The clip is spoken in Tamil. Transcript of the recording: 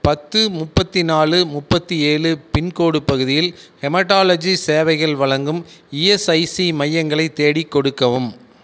பத்து முப்பத்து நாலு முப்பத்து ஏழு பின்கோட் பகுதியில் ஹெமடாலஜி சேவைகள் வழங்கும் இஎஸ்ஐசி மையங்களை தேடிக் கொடுக்கவும்